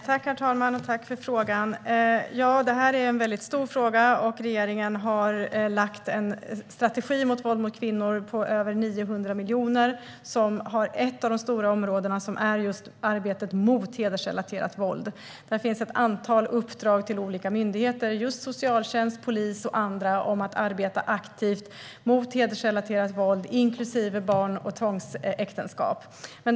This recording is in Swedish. Herr talman! Jag tackar för frågan. Detta är en mycket stor fråga. Regeringen har lagt fram en strategi om våld mot kvinnor på över 900 miljoner kronor. Ett av de stora områdena är just arbetet mot hedersrelaterat våld. I strategin finns ett antal uppdrag till olika myndigheter - socialtjänst, polis och andra - om att de ska arbeta aktivt mot hedersrelaterat våld inklusive barn och tvångsäktenskap.